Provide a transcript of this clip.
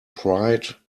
pride